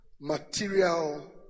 material